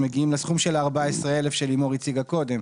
מגיעים לסכום של ה-14,000 שלימור הציגה קודם,